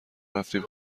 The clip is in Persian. رفتیم